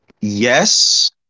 Yes